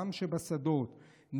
לעם שבשדות,